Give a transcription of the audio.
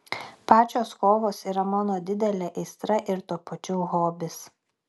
pačios kovos yra mano didelė aistra ir tuo pačiu hobis